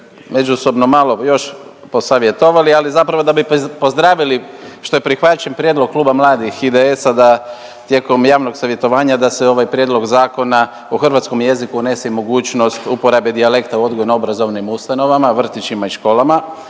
međusobno malo još posavjetovali ali zapravo da bi pozdravili što je prihvaćen prijedlog Kluba mladih IDS-a da tijekom javnog savjetovanja, da se u ovaj prijedlog Zakona o hrvatskom unesene i mogućnost uporabe dijalekta u odgojno-obrazovnim ustanovama, vrtićima i školama.